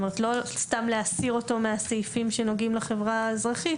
לא סתם להסיר אותו מהסעיפים שנוגעים לחברה האזרחית